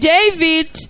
David